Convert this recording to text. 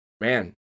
man